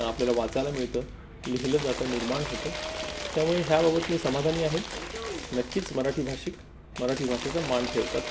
आपल्याला वाचायला मिळतं लिहिलं जातं निर्माण होतं त्यामुळे ह्याबाबत मी समाधानी आहेत नक्कीच मराठी भाषिक मराठी भाषेचा मान ठेवतात